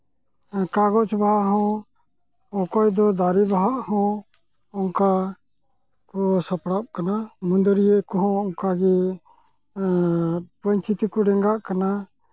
ᱠᱟᱜᱚᱡᱽ ᱵᱟᱦᱟ ᱚᱠᱚᱭ ᱫᱚ ᱫᱟᱨᱮ ᱨᱮᱱᱟᱜ ᱦᱚᱸ ᱚᱱᱠᱟ ᱠᱚ ᱥᱟᱯᱲᱟᱜ ᱠᱟᱱᱟ ᱢᱩᱱᱰᱟᱹᱨᱤᱭᱟᱹ ᱠᱚᱦᱚᱸ ᱚᱝᱠᱟ ᱜᱮ ᱟᱨ ᱯᱟᱹᱧᱪᱤ ᱛᱮᱠᱚ ᱰᱮᱸᱜᱟᱜ ᱠᱟᱱᱟ